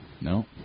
No